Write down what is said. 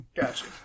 Gotcha